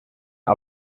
uhr